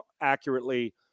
accurately